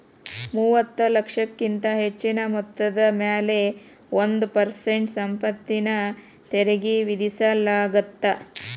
ಮೂವತ್ತ ಲಕ್ಷಕ್ಕಿಂತ ಹೆಚ್ಚಿನ ಮೊತ್ತದ ಮ್ಯಾಲೆ ಒಂದ್ ಪರ್ಸೆಂಟ್ ಸಂಪತ್ತಿನ ತೆರಿಗಿ ವಿಧಿಸಲಾಗತ್ತ